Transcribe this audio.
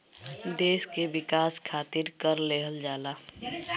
देस के विकास खारित कर लेहल जाला